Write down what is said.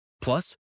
plus